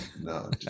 No